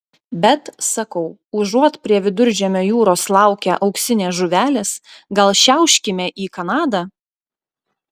bet sakau užuot prie viduržemio jūros laukę auksinės žuvelės gal šiauškime į kanadą